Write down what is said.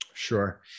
Sure